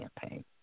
campaign